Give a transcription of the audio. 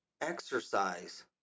Exercise